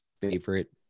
favorite